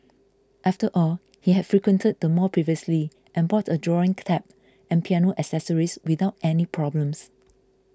after all he had frequented the mall previously and bought a drawing tab and piano accessories without any problems